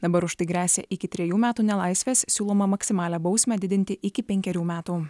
dabar už tai gresia iki trejų metų nelaisvės siūloma maksimalią bausmę didinti iki penkerių metų